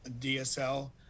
DSL